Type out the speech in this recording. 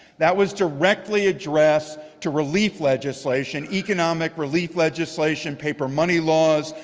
that was directly addressed to relief legislation, economic relief legislation, paper money laws,